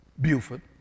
Buford